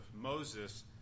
Moses